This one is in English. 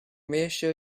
reassure